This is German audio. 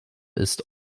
ist